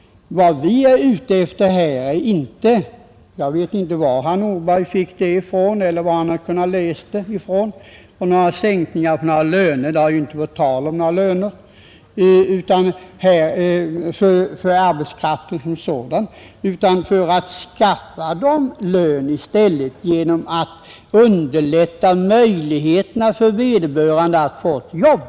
Jag vet inte varifrån herr Nordberg har fått det där om sänkning av löner. Det har inte varit tal om några löner för arbetskraften. Vad vi är ute efter är att skaffa dem lön genom att underlätta möjligheten för vederbörande att få ett jobb.